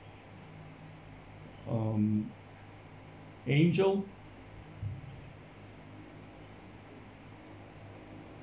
um angel